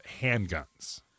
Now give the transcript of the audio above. handguns